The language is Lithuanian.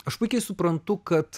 aš puikiai suprantu kad